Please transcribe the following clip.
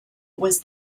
was